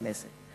בכנסת,